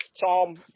Tom